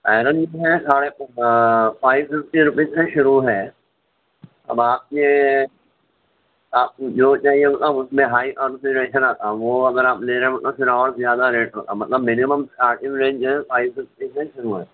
iron بھی ہے ساڑھے فائیو سکسٹی روپیز سے شروع ہے اب آپ کے آپ کو جو چاہیے ہوگا اُس میں ہائی کنفیگریشن آتا وہ اگر آپ لے رہے ہیں وہ تو اور زیادہ ریٹ ہوگا مطلب منیمم اسٹارٹنگ رینج جو ہے فائیو ففٹی سے شروع ہے